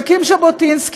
שהקים ז'בוטינסקי,